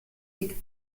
les